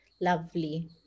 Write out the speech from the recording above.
lovely